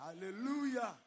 Hallelujah